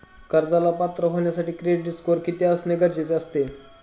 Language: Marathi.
कर्जाला पात्र होण्यासाठी क्रेडिट स्कोअर असणे गरजेचे असते का?